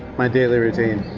my daily routine.